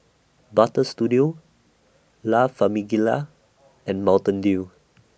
Butter Studio La Famiglia and Mountain Dew